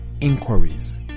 inquiries